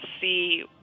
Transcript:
see